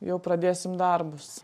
jau pradėsim darbus